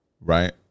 right